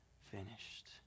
finished